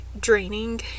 Draining